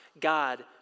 God